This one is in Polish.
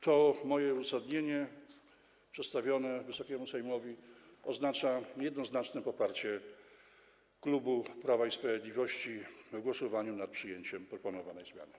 To moje uzasadnienie przedstawione Wysokiemu Sejmowi oznacza jednoznaczne poparcie klubu Prawa i Sprawiedliwości w głosowaniu nad przyjęciem proponowanych zmian.